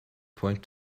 point